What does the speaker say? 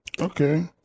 Okay